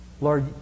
Lord